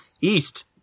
east